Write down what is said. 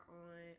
on